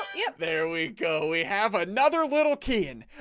yeah, there we go. we have another little kid.